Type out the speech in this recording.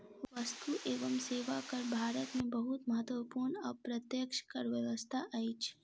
वस्तु एवं सेवा कर भारत में बहुत महत्वपूर्ण अप्रत्यक्ष कर व्यवस्था अछि